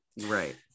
Right